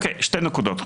שתי נקודות.